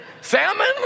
Salmon